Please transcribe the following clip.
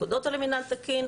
לפקודות או למינהל תקין,